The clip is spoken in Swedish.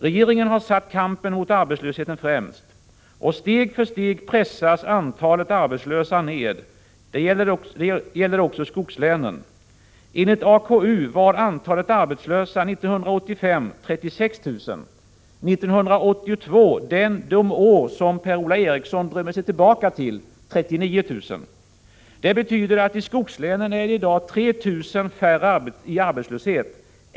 Regeringen har satt kampen mot arbetslösheten främst. Steg för steg pressas antalet arbetslösa ned. Det gäller också skogslänen. Enligt AKU var antalet arbetslösa 1985 36 000 — 1982, ett av de år som Per-Ola Eriksson drömmer sig tillbaka till, var de 39 000. Det betyder att i skogslänen är det i dag 3 000 färre i arbetslöshet.